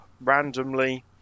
randomly